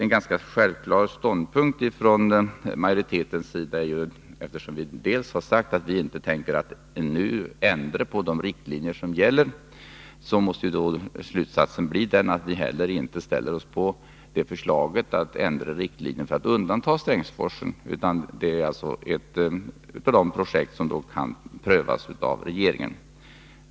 En ganska självklar ståndpunkt från majoritetens sida är att, eftersom vi sagt att vi inte nu tänker ändra på de riktlinjer som gäller, måste slutsatsen bli att vi inte heller ställer oss bakom förslag om ändring av riktlinjerna, i syfte att undanta Strängsforsen, utan menar att detta utbyggnadsprojekt är ett av dem som kan prövas av regeringen.